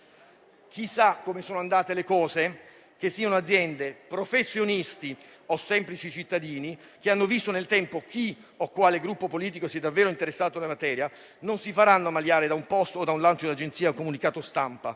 Chi sa come sono andate le cose, che siano aziende, professionisti o semplici cittadini che hanno visto nel tempo chi o quale Gruppo politico si è davvero interessato alla materia, non si farà ammaliare da un *post*, da un lancio di agenzia o da un comunicato stampa.